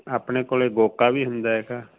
ਆਪਣੇ ਕੋਲ ਗੋਕਾ ਵੀ ਹੁੰਦਾ ਹੈਗਾ